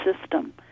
system